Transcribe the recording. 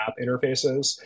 interfaces